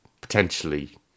potentially